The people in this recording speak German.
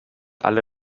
alle